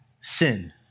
sin